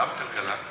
למה כלכלה?